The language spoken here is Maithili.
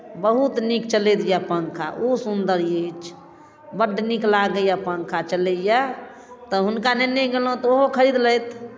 बहुत नीक चलैत यए पंखा ओ सुन्दर अछि बड नीक लागैए पंखा चलैए तऽ हुनका नेने गेलहुँ तऽ ओहो खरीदलथि